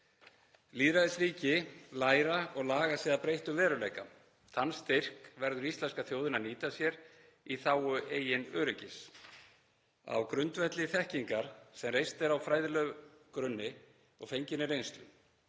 Lýðræðisríki læra og laga sig að breyttum veruleika. Þann styrk verður íslenska þjóðin að nýta sér í þágu eigin öryggis, á grundvelli þekkingar sem reist er á fræðilegum grunni og fenginni reynslu.